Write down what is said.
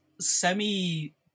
semi-